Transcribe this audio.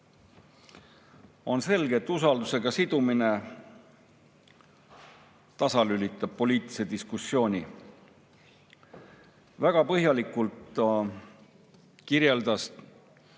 selge, et usaldusega sidumine tasalülitab poliitilise diskussiooni. Väga põhjalikult kirjeldas